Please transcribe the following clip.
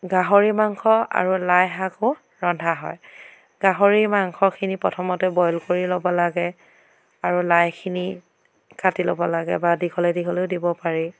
গাহৰি মাংস আৰু লাই শাকো ৰন্ধা হয় গাহৰি মাংসখিনি প্ৰথমতে বইল কৰি ল'ব লাগে আৰু লাইখিনি কাটি ল'ব লাগে বা দীঘলে দীঘলেও দিব পাৰি